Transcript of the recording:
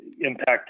impact